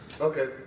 Okay